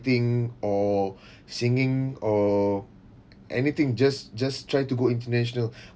or singing or anything just just try to go international